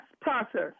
process